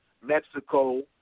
Mexico